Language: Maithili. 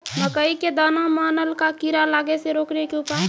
मकई के दाना मां नल का कीड़ा लागे से रोकने के उपाय?